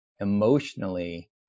emotionally